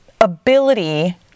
ability